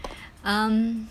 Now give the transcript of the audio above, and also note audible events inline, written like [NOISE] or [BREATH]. [BREATH] um